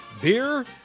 beer